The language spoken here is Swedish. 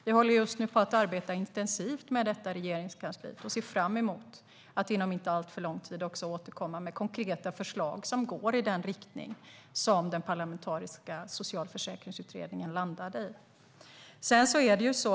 Vi håller just nu på att arbeta intensivt med detta i Regeringskansliet, och vi ser fram emot att inom en inte alltför lång tid återkomma med konkreta förslag som går i den riktning som den parlamentariska socialförsäkringsutredningen landade i.